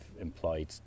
employed